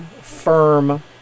firm